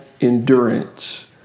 endurance